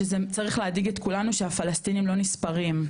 שזה צריך להדאיג את כולנו שהפלסטינים לא נספרים,